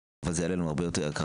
אבל זה יעלה לנו הרבה יותר יקר